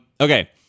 Okay